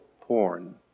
porn